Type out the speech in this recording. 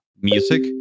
music